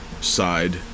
side